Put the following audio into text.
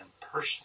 personally